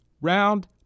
round